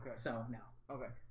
so no okay?